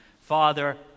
father